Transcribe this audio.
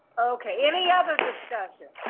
okay, any other discussion.